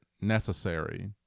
necessary